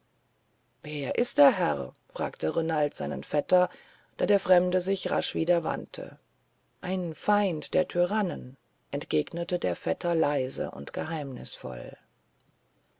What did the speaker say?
wer ist der herr fragte renald seinen vetter da der fremde sich rasch wieder wandte ein feind der tyrannen entgegnete der vetter leise und geheimnisvoll